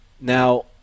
Now